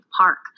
Park